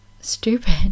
stupid